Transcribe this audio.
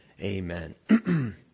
Amen